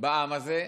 בעם הזה,